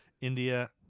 India